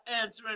answering